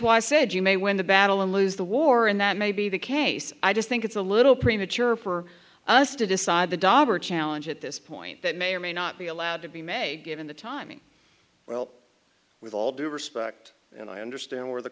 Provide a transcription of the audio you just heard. why i said you may win the battle and lose the war and that may be the case i just think it's a little premature for us to decide the dollar challenge at this point that may or may not be allowed to be made given the timing well with all due respect and i understand where the